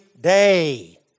day